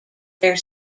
their